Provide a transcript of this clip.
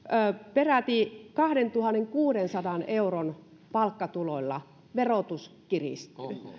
peräti kahdentuhannenkuudensadan euron palkkatuloilla verotus kiristyy